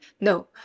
No